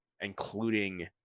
including